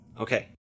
okay